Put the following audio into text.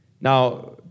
Now